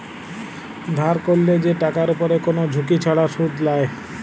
ধার ক্যরলে যে টাকার উপরে কোন ঝুঁকি ছাড়া শুধ লায়